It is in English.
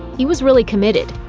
he was really committed.